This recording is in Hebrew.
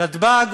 נתב"ג